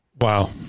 Wow